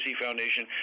Foundation